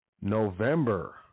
November